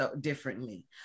differently